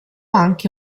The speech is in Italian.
anche